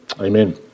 Amen